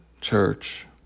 church